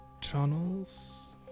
tunnels